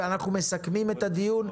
ואחרי זה נסכם את הדיון.